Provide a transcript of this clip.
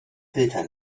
filter